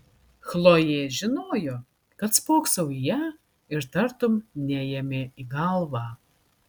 chlojė žinojo kad spoksau į ją ir tartum neėmė į galvą